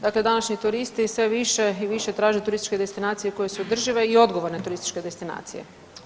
Dakle, današnji turisti sve više i više traže turističke destinacije koje su održive i odgovorne turističke destinacije.